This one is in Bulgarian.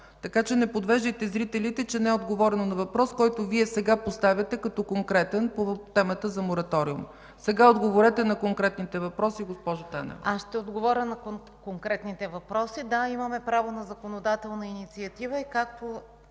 гора?” Не подвеждайте зрителите, че не е отговорено на въпрос, който Вие сега поставяте като конкретен по темата за мораториума. Сега отговорете на конкретните въпроси, госпожо Танева. МИНИСТЪР ДЕСИСЛАВА ТАНЕВА: Аз ще отговоря на конкретните въпроси. Да, имаме право на законодателна инициатива. Както